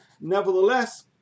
Nevertheless